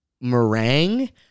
meringue